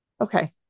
okay